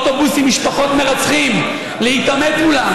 כהן,